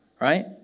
right